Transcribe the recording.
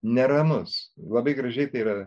neramus labai gražiai tai yra